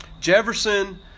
Jefferson